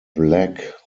black